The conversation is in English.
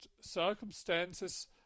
circumstances